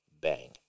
Bang